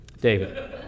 David